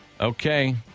Okay